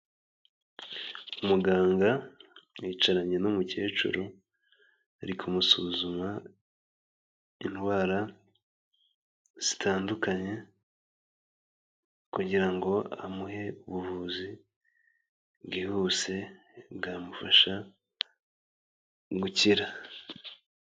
Umuganga yicaranye n'umukecuru, arikumusuzuma indwara zitandukanye, kugirango amuhe ubuvuzi bwihuse, bwamufasha gukira.